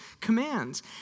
commands